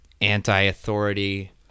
anti-authority